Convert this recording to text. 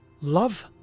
Love